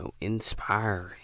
inspiring